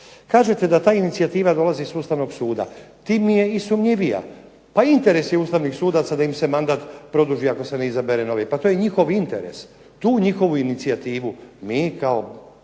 Kažete da ta inicijativa dolazi iz Ustavnog suda. Tim mi je i sumnjivija. Pa interes je ustavnih sudaca da im se mandat produži ako se ne izabere novi. Pa to je njihov interes. Tu njihovu inicijativu mi kao